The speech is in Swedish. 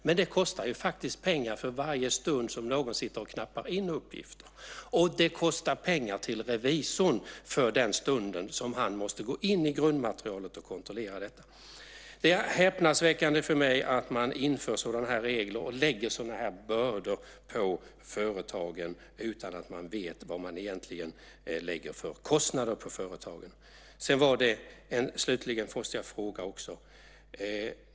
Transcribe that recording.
Men det kostar ju faktiskt pengar för varje stund som någon sitter och knappar in uppgifter, och det kostar pengar för den stund som revisorn måste gå in i grundmaterialet och kontrollera detta. Det är häpnadsväckande för mig att man inför sådana här regler och lägger sådana här bördor på företagen utan att man vet vad man egentligen lägger för kostnader på företagen. Slutligen måste jag ställa en fråga.